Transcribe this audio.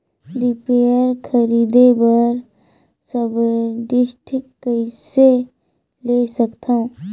Reaper खरीदे बर subsidy कइसे ले सकथव?